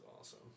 awesome